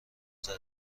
زده